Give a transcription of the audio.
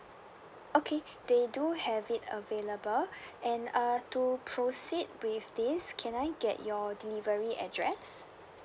okay they do have it available and err to proceed with this can I get your delivery address